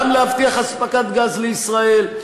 גם להבטיח אספקת גז לישראל,